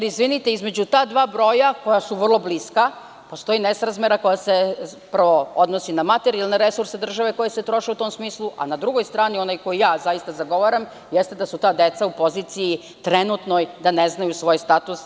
Izvinite, između ta dva broja koja su vrlo bliska postoji nesrazmera koja se prvo, odnosi na materijalne resurse države koji se troše u tom smislu, a na drugoj strani, onoj koju zaista zagovaram, jeste da su ta deca u poziciji trenutnoj da ne znaju svoj status.